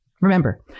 Remember